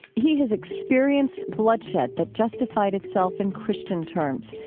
he has experienced bloodshed that justified itself in christian terms,